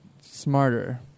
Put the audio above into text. smarter